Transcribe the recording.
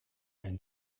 ein